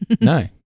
No